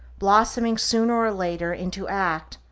blossoming sooner or later into act,